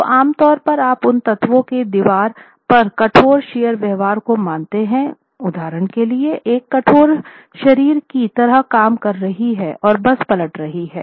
तो आम तौर पर आप उन तत्वों के दीवार पर कठोर शरीर व्यवहार को मानते हैं उदाहरण के लिए एक कठोर शरीर की तरह काम कर रही है और बस पलट रही है